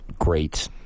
great